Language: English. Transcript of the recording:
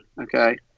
Okay